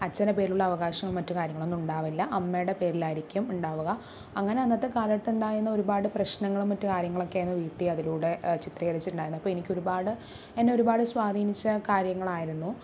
അച്ഛനെ പേരിലുള്ള അവകാശവും മറ്റ് കാര്യങ്ങളൊന്നു ഉണ്ടാവില്ല അമ്മയുടെ പേരിലായിരിക്കും ഉണ്ടാവുക അങ്ങനെ അന്നത്തെ കാലഘട്ടം ഉണ്ടായിര്ന്ന ഒരുപാട് പ്രശ്നങ്ങളും മറ്റു കാര്യങ്ങളൊക്കെ അന്ന് വിടി അതിലൂടെ ചിത്രീകരിച്ചിണ്ടായിരുന്നു അപ്പോൾ എനിക്ക് ഒരുപാട് എന്നെ ഒരുപാട് സ്വാധീനിച്ച കാര്യങ്ങളായിരുന്നു